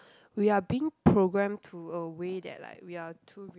we are being program to a way that like we are too